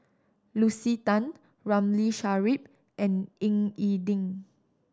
Lucy Tan Ramli Sarip and Ying E Ding